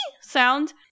sound